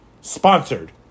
Sponsored